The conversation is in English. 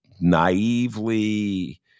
naively